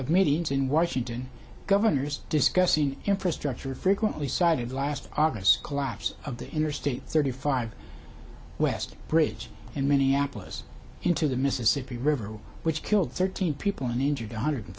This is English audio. of meetings in washington governors discussing infrastructure frequently cited last august collapse of the interstate thirty five west bridge in minneapolis into the mississippi river which killed thirteen people and injured one hundred